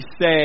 say